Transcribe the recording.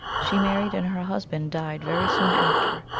she married, and her husband died very soon after,